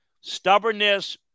stubbornness